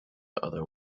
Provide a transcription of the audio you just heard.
other